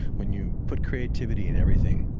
when you put creativity in everything,